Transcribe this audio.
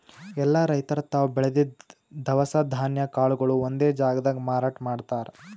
ಎಲ್ಲಾ ರೈತರ್ ತಾವ್ ಬೆಳದಿದ್ದ್ ದವಸ ಧಾನ್ಯ ಕಾಳ್ಗೊಳು ಒಂದೇ ಜಾಗ್ದಾಗ್ ಮಾರಾಟ್ ಮಾಡ್ತಾರ್